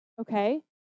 okay